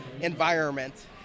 environment